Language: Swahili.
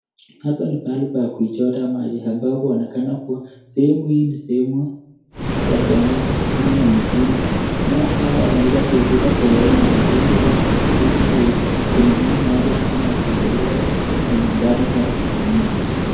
Hapa ni pahali pa kuchota maji ambao yaonekana kuwa sehemu hii ni sehemu ya kiangaza au mjini. Nao hao wameweza kuIpiga foleni na mitungi zao kununua maji hayo na kuipeleka nyumbani Yao kutumia.